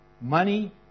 Money